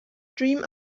dream